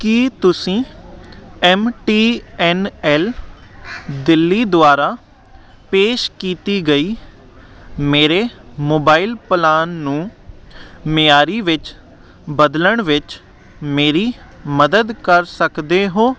ਕੀ ਤੁਸੀਂ M T N L Delhi ਦੁਆਰਾ ਪੇਸ਼ ਕੀਤੀ ਗਈ ਮੇਰੇ ਮੋਬਾਇਲ ਪਲਾਨ ਨੂੰ ਮਿਆਰੀ ਵਿੱਚ ਬਦਲਣ ਵਿੱਚ ਮੇਰੀ ਮਦਦ ਕਰ ਸਕਦੇ ਹੋ